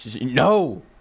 No